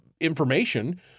information